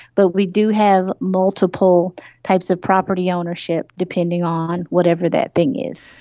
but we do have multiple types of property ownership depending on whatever that thing is.